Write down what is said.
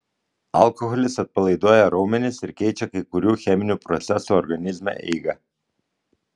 alkoholis atpalaiduoja raumenis ir keičia kai kurių cheminių procesų organizme eigą